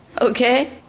okay